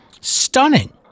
Stunning